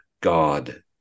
God